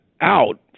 out